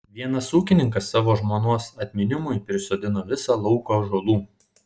vienas ūkininkas savo žmonos atminimui prisodino visą lauką ąžuolų